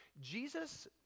Jesus